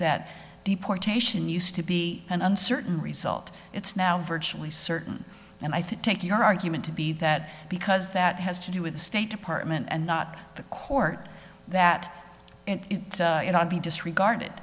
that deportation used to be an uncertain result it's now virtually certain and i think take your argument to be that because that has to do with the state department and not the court that it be disregarded